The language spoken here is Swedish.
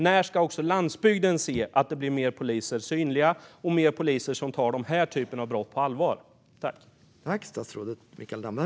När ska också landsbygden se att det blir mer poliser och mer poliser som tar denna typ av brott på allvar?